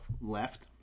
left